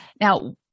Now